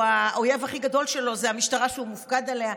האויב הכי גדול שלו זו המשטרה שהוא מופקד עליה?